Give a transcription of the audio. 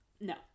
No